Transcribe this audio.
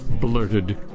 blurted